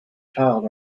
child